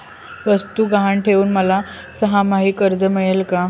वस्तू गहाण ठेवून मला सहामाही कर्ज मिळेल का?